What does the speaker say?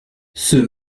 ceux